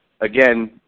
Again